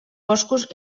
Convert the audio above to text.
boscos